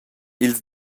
ils